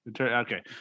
Okay